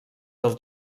del